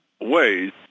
ways